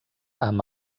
amb